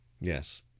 yes